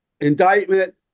indictment